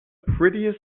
prettiest